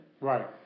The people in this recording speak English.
Right